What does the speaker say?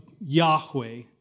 Yahweh